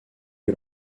que